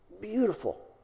Beautiful